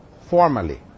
formally